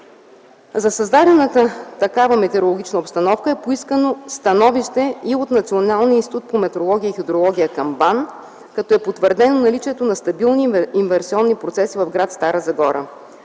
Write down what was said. За създадената такава метеорологична обстановка е поискано становище и от Националния институт по метеорология и хидрология към БАН, като е потвърдено наличието на стабилни инверсионни процеси в гр. Стара Загора.